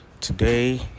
Today